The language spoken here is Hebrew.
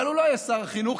אבל הוא לא יהיה שר החינוך,